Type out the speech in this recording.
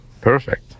Perfect